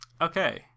okay